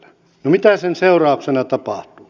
no mitä sen seurauksena tapahtuu